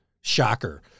Shocker